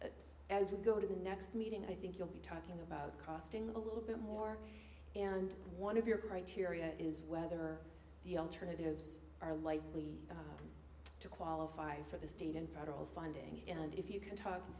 we go to the next meeting i think you'll be talking about costing a little bit more and one of your criteria is whether the alternatives are likely to qualify for the state and federal funding and if you can talk